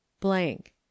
blank